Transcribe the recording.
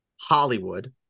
Hollywood